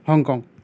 Hong Kong